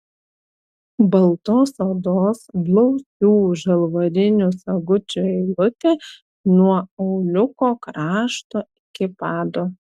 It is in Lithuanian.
baltos odos blausių žalvarinių sagučių eilutė nuo auliuko krašto iki pado